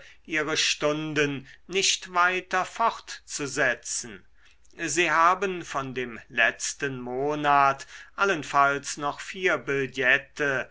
ihre stunden nicht weiter fortzusetzen sie haben von dem letzten monat allenfalls noch vier